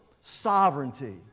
sovereignty